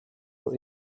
were